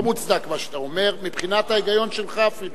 לא מוצדק מה שאתה אומר, מבחינת ההיגיון שלך אפילו.